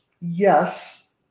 Yes